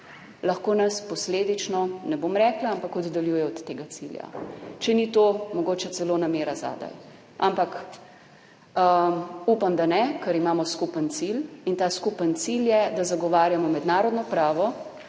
lahko nas posledično, ne bom rekla, ampak oddaljuje od tega cilja. Če ni to mogoče celo namera zadaj, ampak upam, da ne, ker imamo skupen cilj in ta skupen cilj je, da zagovarjamo mednarodno pravo,